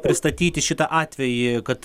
pristatyti šitą atvejį kad